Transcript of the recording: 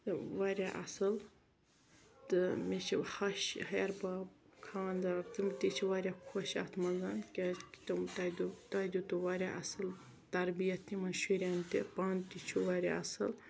تہٕ واریاہ اصل تہٕ مےٚ چھِ ہَش ہیہَربب کھاندار تِم تہِ چھِ واریاہ خۄش اَتھ مَنٛز کیازِ کہِ تِم تۄہہِ دِتوٗ تۄہہِ دِتوٗ واریاہ اصل تربِیت یِمن شُرٮ۪ن تہِ پانہٕ تہِ چھو واریاہ اصل